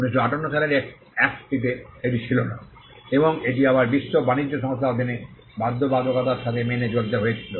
1958 সালের একটটিতে এটি ছিল না এবং এটি আবার বিশ্ব বাণিজ্য সংস্থার অধীনে বাধ্যবাধকতার সাথে মেনে চলতে হয়েছিল